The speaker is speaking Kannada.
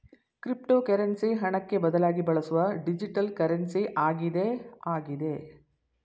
ಕ್ರಿಪ್ಟೋಕರೆನ್ಸಿ ಹಣಕ್ಕೆ ಬದಲಾಗಿ ಬಳಸುವ ಡಿಜಿಟಲ್ ಕರೆನ್ಸಿ ಆಗಿದೆ ಆಗಿದೆ